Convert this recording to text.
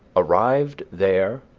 arrived there,